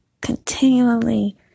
continually